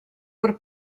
per